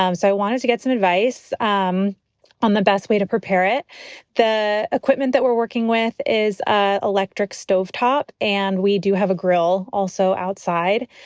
um so i wanted to get some advice um on the best way to prepare it the equipment that we're working with is ah electric stove top and we do have a grill also outside.